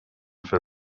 for